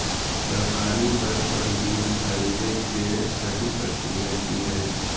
सरकारी दर पर बीज खरीदें के सही प्रक्रिया की हय?